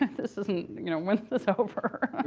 this isn't when is this over?